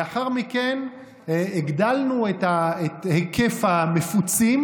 לאחר מכן הגדלנו את היקף המפוצים,